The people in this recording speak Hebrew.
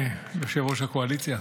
יושב-ראש הקואליציה.